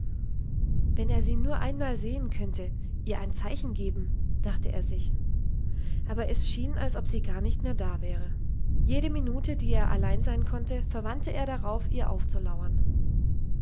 wenn er sie nur einmal sehen könnte ihr ein zeichen geben dachte er sich aber es schien als ob sie gar nicht mehr da wäre jede minute die er allein sein konnte verwandte er darauf ihr aufzulauern